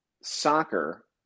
soccer